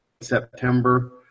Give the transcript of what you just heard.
September